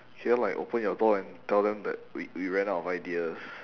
can you like open your door and tell them that we we ran out of ideas